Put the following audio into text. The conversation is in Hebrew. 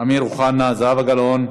אמיר אוחנה, זהבה גלאון,